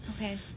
Okay